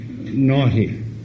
naughty